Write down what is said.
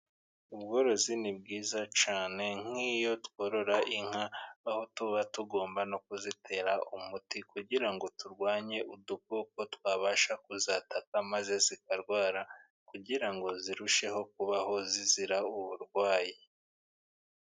Ubworozi ni bwiza cyane nk'iyo tworora inka aho tuba tugomba no kuzitera umuti, kugira ngo turwanye udukoko twabasha kuzataka maze zikarwara, kugira ngo zirusheho kubaho zizira uburwayi.